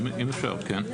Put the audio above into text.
אם אפשר, כן.